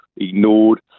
ignored